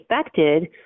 affected